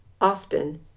often